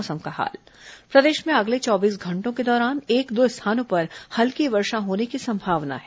मौसम प्रदेश में अगले चौबीस घंटों के दौरान एक दो स्थानों पर हल्की वर्षा होने की संभावना है